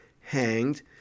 hanged